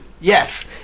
Yes